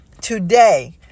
Today